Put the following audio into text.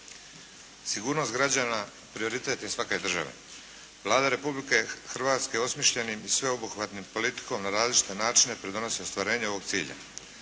Sigurnost građana prioritet je svake države. Vlada Republike Hrvatske osmišljenom i sveobuhvatnom politikom na različite načine pridonosi ostvarenju ovog cilja.